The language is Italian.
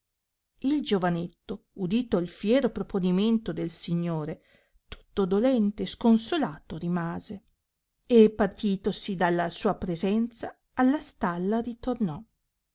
il giovanetto udito il fiero proponimento del signore tutto dolente e sconsolato rimase e partitosi dalla sua presenza alla stalla ritornò